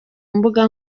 mbuga